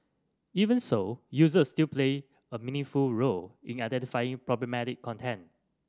even so users still play a meaningful role in identifying problematic content